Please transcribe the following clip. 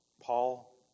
Paul